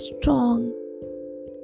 strong